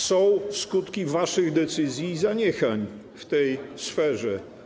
Są skutki waszych decyzji i zaniechań w tej sferze.